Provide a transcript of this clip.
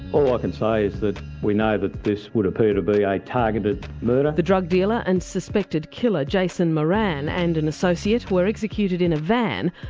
all i can say is that we know that this would appear to be a targeted murder. the drug dealer and suspected killer, jason moran, and an associate, were executed in a van.